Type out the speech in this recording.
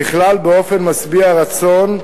ככלל, באופן משביע רצון,